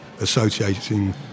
associating